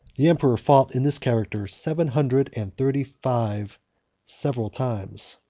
the emperor fought in this character seven hundred and thirty-five several times.